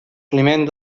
climent